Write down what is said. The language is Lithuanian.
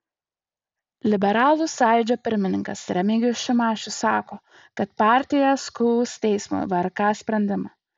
liberalų sąjūdžio pirmininkas remigijus šimašius sako kad partija skųs teismui vrk sprendimą